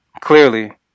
clearly